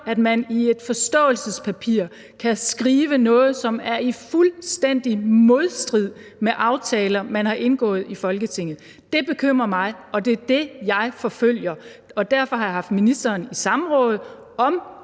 at man i et forståelsespapir kan skrive noget, som er i fuldstændig modstrid med aftaler, man har indgået i Folketinget. Det bekymrer mig, og det er det, jeg forfølger. Derfor har jeg haft ministeren i samråd om